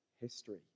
history